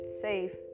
safe